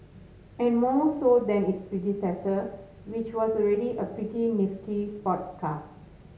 and more so than its predecessor which was already a pretty nifty sports car